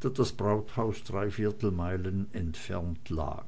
da das brauthaus dreiviertelmeilen entfernt lag